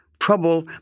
trouble